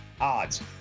odds